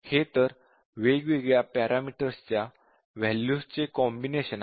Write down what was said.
हे तर वेगवेगळ्या पॅरामीटर्स च्या वॅल्यूजचे कॉम्बिनेशन्स आहे